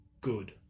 Good